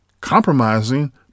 compromising